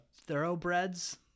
thoroughbreds